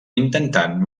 intentant